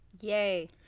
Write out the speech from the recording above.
Yay